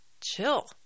chill